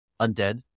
undead